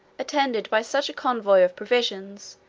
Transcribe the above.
attended by such a convoy of provisions,